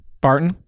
Barton